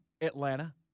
Atlanta